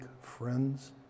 friends